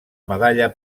medalla